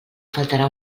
faltarà